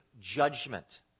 judgment